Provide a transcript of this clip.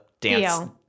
dance